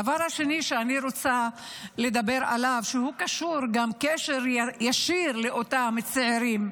הדבר השני שאני רוצה לדבר עליו קשור בקשר ישיר לאותם צעירים.